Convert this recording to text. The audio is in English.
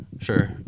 sure